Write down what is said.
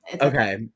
Okay